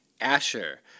Asher